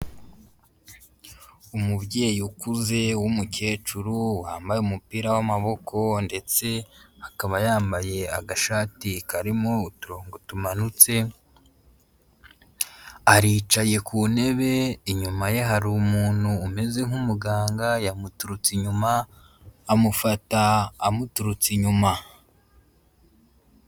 Umubyeyi ukuze w'umukecuru wambaye umupira w'amaboko ndetse akaba yambaye agashati karimo uturongo tumanutse, aricaye ku ntebe inyuma ye hari umuntu umeze nk'umuganga yamuturutse inyuma amufata amuturutse inyuma.